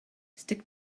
stick